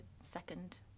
second